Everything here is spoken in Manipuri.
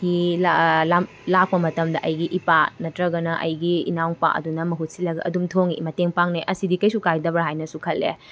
ꯐꯤ ꯂꯥꯛꯄ ꯃꯇꯝꯗ ꯑꯩꯒꯤ ꯏꯄꯥ ꯅꯠꯇ꯭ꯔꯒꯅ ꯑꯩꯒꯤ ꯏꯅꯥꯎꯄꯥ ꯑꯗꯨꯅ ꯃꯍꯨꯠꯁꯤꯜꯂꯒ ꯑꯗꯨꯝ ꯊꯣꯡꯉꯤ ꯃꯇꯦꯡ ꯄꯥꯡꯅꯩ ꯑꯁꯤꯗꯤ ꯀꯩꯁꯨ ꯀꯥꯏꯗꯕ꯭ꯔꯥ ꯍꯥꯏꯅꯨꯁꯨ ꯈꯜꯂꯦ